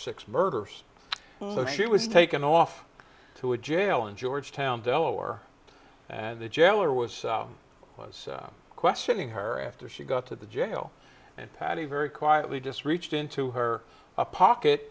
six murders so she was taken off to a jail in georgetown delaware and the jailer was was questioning her after she got to the jail and patty very quietly just reached into her pocket